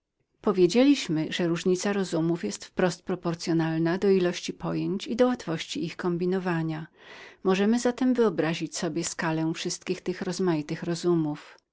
powiedzieliśmy że różnica rozumów była w stosunku złożonym ilości pojęć i łatwości ich kombinowania możemy zatem wyobrazić sobie skalę wszystkich tych rozmaitych rozumów